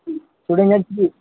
उनें गे